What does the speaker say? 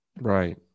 Right